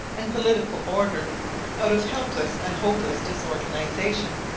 and political order out of helpless and hopeless disorganization.